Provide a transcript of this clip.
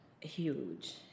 huge